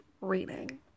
reading